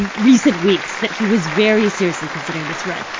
and recent weeks that he was very seriously considering this run.